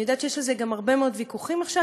אני גם יודעת שיש על זה הרבה מאוד ויכוחים עכשיו,